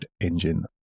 engine